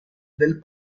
del